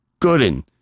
Gooden